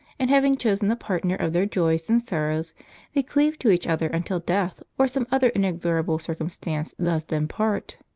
and having chosen a partner of their joys and sorrows they cleave to each other until death or some other inexorable circumstance does them part.